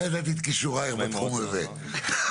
לא ידעתי את כישורייך בתחום הזה.